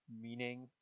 meaning